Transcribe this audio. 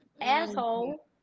asshole